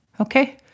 Okay